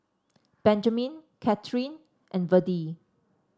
Benjamin Kathyrn and Verdie